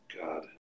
God